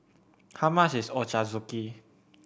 how much is Ochazuke